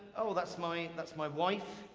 oh, that's my, that's my wife.